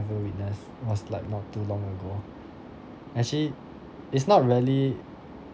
ever witness was not too long ago actually it's not really